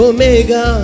Omega